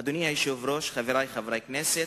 אדוני היושב-ראש, חברי חברי הכנסת,